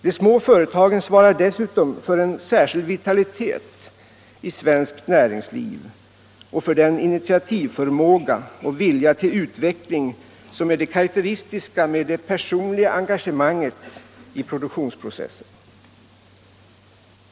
De små företagen svarar dessutom för en särskild vitalitet i svenskt näringsliv och för den initiativförmåga och vilja till utveckling som är det karakteristiska med det personliga engagemanget i produktionsprocessen.